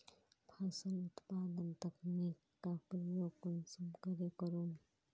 फसल उत्पादन तकनीक का प्रयोग कुंसम करे करूम?